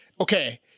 okay